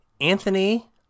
Anthony